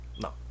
No